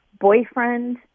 boyfriend